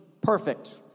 perfect